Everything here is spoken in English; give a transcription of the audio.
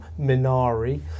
Minari